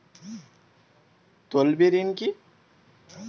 তলবি ঋণ কি?